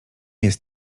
jest